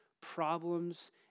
problems